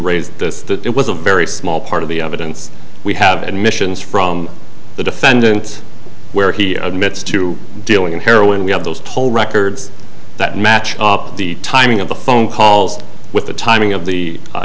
raised the it was a very small part of the evidence we have admissions from the defendant where he admits to dealing in heroin we have those toll records that match up the timing of the phone calls with the timing of the